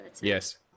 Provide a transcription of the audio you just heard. yes